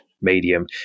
medium